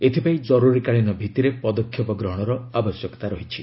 ଏଥିପାଇଁ ଜରୁରୀକାଳୀନ ଭିତ୍ତିରେ ପଦକ୍ଷେପ ଗ୍ରହଣର ଆବଶ୍ୟକତା ରହିଛି